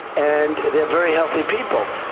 and they're very healthy people.